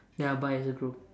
then I'll buy as a group